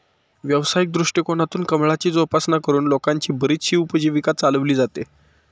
व्यावसायिक दृष्टिकोनातून कमळाची जोपासना करून लोकांची बरीचशी उपजीविका चालवली जाते